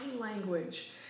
language